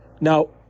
Now